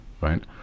right